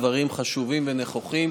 דברים חשובים ונכוחים.